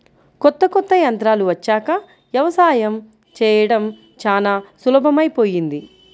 కొత్త కొత్త యంత్రాలు వచ్చాక యవసాయం చేయడం చానా సులభమైపొయ్యింది